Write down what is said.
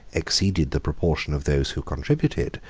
exceeded the proportion of those who contributed,